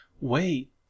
Wait